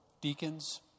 Deacons